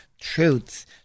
truths